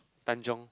Tanjong